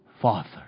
Father